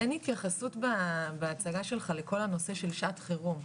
אין התייחסות בהצגה שלך לכל הנושא של שעת חירום,